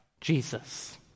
Jesus